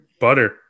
butter